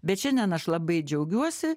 bet šiandien aš labai džiaugiuosi